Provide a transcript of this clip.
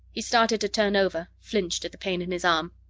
he started to turn over, flinched at the pain in his arm.